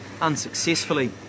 unsuccessfully